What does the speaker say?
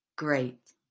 Great